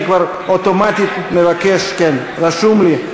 רשום לי.